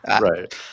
Right